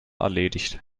erledigt